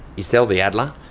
you sell the adler?